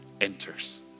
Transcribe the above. enters